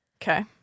Okay